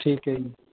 ਠੀਕ ਹੈ ਜੀ